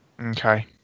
Okay